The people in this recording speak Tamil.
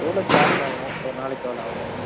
எவ்வளோ சார்ஜ் ஆகும் ஒரு நாளைக்கு எவ்வளோ ஆகுனு